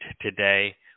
today